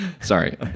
sorry